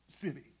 city